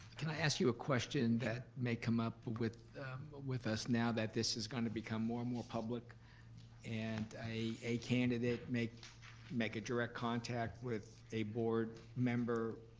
i ask you a question that may come up with with us now that this is gonna become more and more public and a candidate may make a direct contact with a board member?